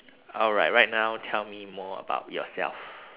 alright right now tell me more about yourself